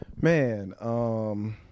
Man